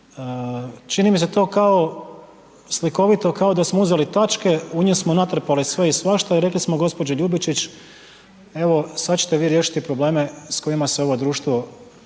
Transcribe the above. Čini mi se to kao slikovito kao da smo uzeli tačke, u njih smo natrpali sve i svašta i rekli smo gđi. Ljubičić evo, sad ćete vi riješiti probleme s kojima se ovo društvo